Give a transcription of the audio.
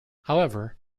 however